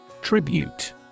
Tribute